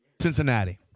Cincinnati